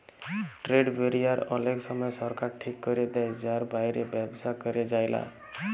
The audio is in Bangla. ট্রেড ব্যারিয়ার অলেক সময় সরকার ঠিক ক্যরে দেয় যার বাইরে ব্যবসা ক্যরা যায়লা